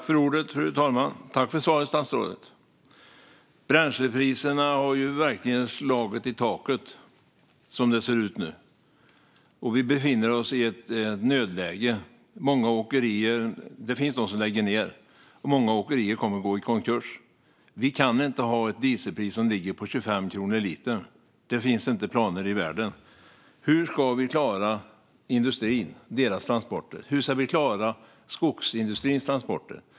Fru talman! Tack, statsrådet, för svaret! Bränslepriserna har verkligen slagit i taket, som det ser ut nu, och vi befinner oss i ett nödläge. Det finns åkerier som lägger ned, och många kommer att gå i konkurs. Vi kan inte ha ett dieselpris som ligger på 25 kronor litern - det finns inte planer i världen. Hur ska vi klara industrin och dess transporter? Hur ska vi klara skogsindustrins transporter?